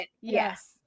yes